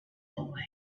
boy